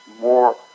more